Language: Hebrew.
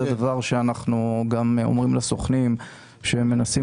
וזה דבר שאנחנו גם אומרים לסוכנים שמנסים